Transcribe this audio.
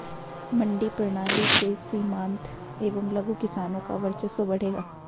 मंडी प्रणाली से सीमांत एवं लघु किसानों का वर्चस्व बढ़ेगा